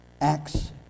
Acts